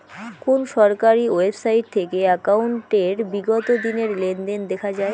কোন সরকারি ওয়েবসাইট থেকে একাউন্টের বিগত দিনের লেনদেন দেখা যায়?